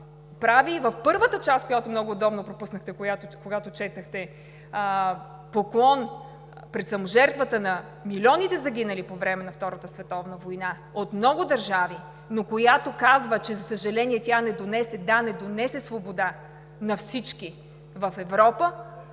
прави в първата част, която много удобно пропуснахте, когато четохте, поклон пред саможертвата на милионите, загинали по време на Втората световна война от много държави, но която казва, че, за съжаление, да, тя не донесе свобода на всички в Европа